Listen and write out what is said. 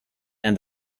and